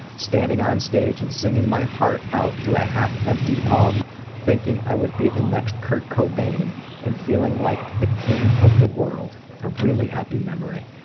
standing onstage and singing my heart out to a half-empty pub thinking i would be the next kurt cobain and feeling like the king of the world. a really happy memory.